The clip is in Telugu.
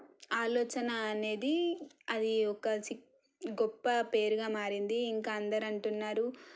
ఆలోచన అనేది అది ఒక సి గొప్ప పేరుగా మారింది ఇంకా అందరు అంటున్నారు